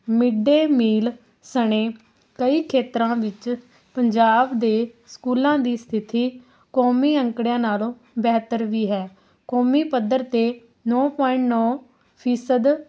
mid day meal ਸਣੇ ਕਈ ਖੇਤਰਾਂ ਵਿੱਚ ਪੰਜਾਬ ਦੇ ਸਕੂਲਾਂ ਦੀ ਸਥਿਤੀ ਕੌਮੀ ਅੰਕੜਿਆਂ ਨਾਲੋਂ ਬਿਹਤਰ ਵੀ ਹੈ ਕੌਮੀ ਪੱਧਰ 'ਤੇ ਨੌਂ ਪੁਆਇੰਟ ਨੌਂ ਫੀਸਦ